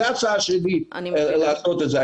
זו ההצעה שלי לעשות את זה.